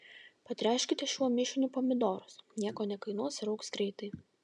patręškite šiuo mišiniu pomidorus nieko nekainuos ir augs greitai